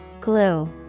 Glue